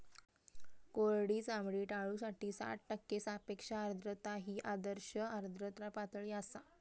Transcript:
कोरडी चामडी टाळूसाठी साठ टक्के सापेक्ष आर्द्रता ही आदर्श आर्द्रता पातळी आसा